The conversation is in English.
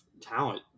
talent